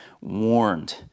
warned